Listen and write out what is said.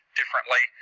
differently